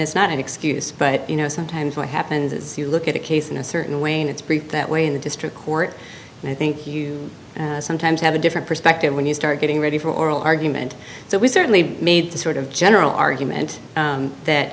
it's not an excuse but you know sometimes what happens is you look at a case in a certain way and it's great that way in the district court and i think you sometimes have a different perspective when you start getting ready for oral argument so we certainly made the sort of general argument that